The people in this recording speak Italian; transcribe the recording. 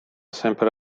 sempre